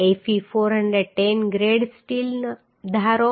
Fe 410 grade steel ધારો